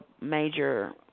major